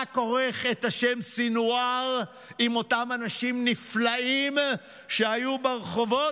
אתה כורך את השם סנוואר עם אותם אנשים נפלאים שהיו ברחובות?